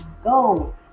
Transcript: go